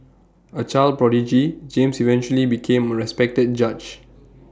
A child prodigy James eventually became A respected judge